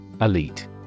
Elite